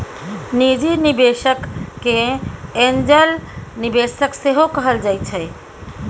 निजी निबेशक केँ एंजल निबेशक सेहो कहल जाइ छै